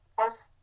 first